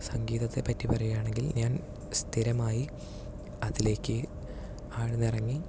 സംഗീതത്തെ പറ്റി പറയുകയാണെങ്കിൽ ഞാൻ സ്ഥിരമായി അതിലേയ്ക്ക് ആഴ്ന്നിറങ്ങി